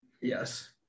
yes